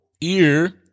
ear